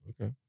Okay